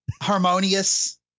Harmonious